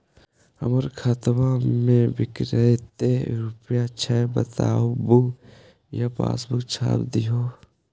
हमर खाता में विकतै रूपया छै बताबू या पासबुक छाप दियो?